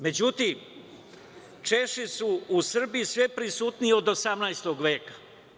Međutim, Česi su u Srbiji sve prisutniji od 18. veka.